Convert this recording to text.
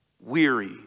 weary